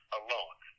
alone